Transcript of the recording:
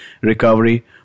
recovery